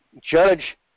judge